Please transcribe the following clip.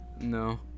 no